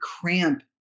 cramp